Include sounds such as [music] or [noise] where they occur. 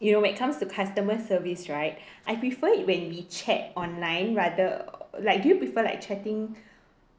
you know when it comes to customer service right [breath] I prefer it when we chat online rather like do you prefer like chatting